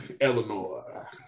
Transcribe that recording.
Eleanor